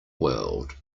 world